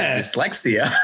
dyslexia